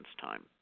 time